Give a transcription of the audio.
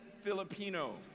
Filipino